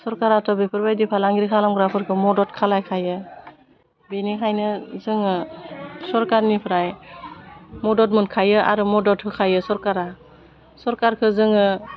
सरकाराथ' बेफोरबायदि फालांगिरि खालामग्राफोरखौ मदद खालायखायो बिनिखायनो जोंङो सरकारनिफ्राय मदद मोनखायो आरो मदद होखायो सरकारा सरकारखो जोङो